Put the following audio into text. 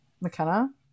McKenna